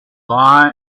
lie